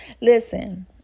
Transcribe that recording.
Listen